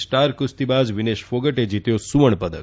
star કુસ્તીબાજ વિનેશ ફોગટે જીત્યો સુવર્ણ પદક